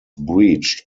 breached